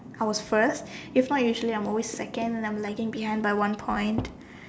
I was first if not usually I'm always second and I'm lacking behind by one point